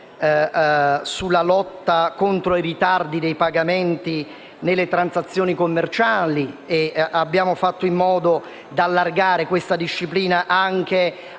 Grazie